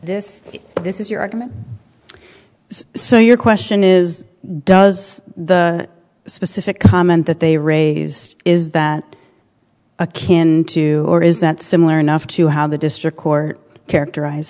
this is this is your argument so your question is does the specific comment that they raise is that a can too or is that similar enough to how the district court characterize